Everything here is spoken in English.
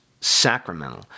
sacramental